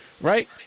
Right